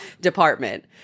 department